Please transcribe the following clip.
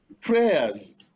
prayers